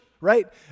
right